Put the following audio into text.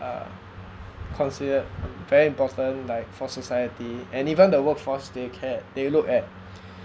are considered very important like for society and even the workforce they care they look at